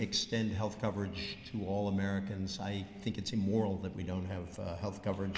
extend health coverage to all americans i think it's immoral that we don't have health cover